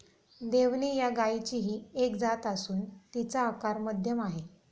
देवणी या गायचीही एक जात असून तिचा आकार मध्यम आहे